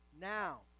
Now